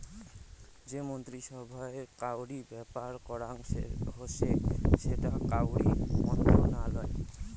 যে মন্ত্রী সভায় কাউরি ব্যাপার করাং হসে সেটা কাউরি মন্ত্রণালয়